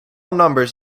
numbers